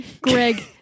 Greg